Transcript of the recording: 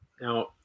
Now